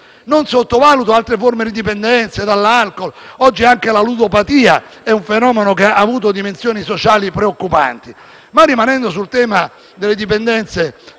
Non sottovaluto altre forme di dipendenza: l'alcol, ad esempio, ma oggi anche la ludopatia è un fenomeno che ha avuto dimensioni sociali preoccupanti. Ma rimanendo sul tema delle dipendenze